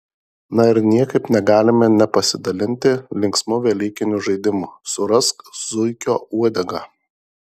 na ir niekaip negalime nepasidalinti linksmu velykiniu žaidimu surask zuikio uodegą